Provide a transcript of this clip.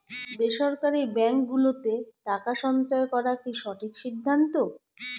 বেসরকারী ব্যাঙ্ক গুলোতে টাকা সঞ্চয় করা কি সঠিক সিদ্ধান্ত?